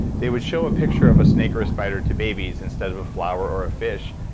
they would show a picture of a snake or a spider to babies instead of a flower or a fish,